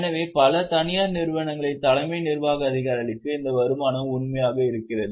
எனவே பல தனியார் நிறுவனங்களின் தலைமை நிர்வாக அதிகாரிகளுக்கு இந்த வருமானம் உண்மையாக இருக்கிறது